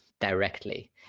directly